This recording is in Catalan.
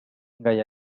gall